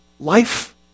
Life